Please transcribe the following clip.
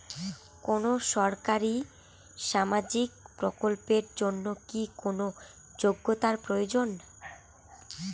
কোনো সরকারি সামাজিক প্রকল্পের জন্য কি কোনো যোগ্যতার প্রয়োজন?